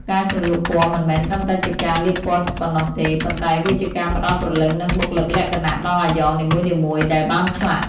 ការជ្រលក់ពណ៌មិនមែនត្រឹមតែជាការលាបពណ៌ប៉ុណ្ណោះទេ ប៉ុន្តែវាជាការផ្តល់ព្រលឹងនិងបុគ្គលិកលក្ខណៈដល់អាយ៉ងនីមួយៗដែលបានឆ្លាក់។